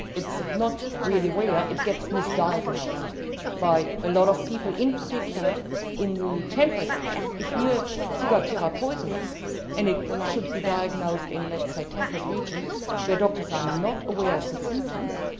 it's not really rare, it gets misdiagnosed by a lot of people, in particular in the temperate regions. if you have ciguatera poisoning and it should be diagnosed in, let's say, temperate regions where doctors are not aware of the symptoms,